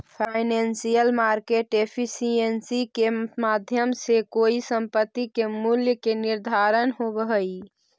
financial market efficiency के माध्यम से कोई संपत्ति के मूल्य के निर्धारण होवऽ हइ